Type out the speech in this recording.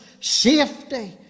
Safety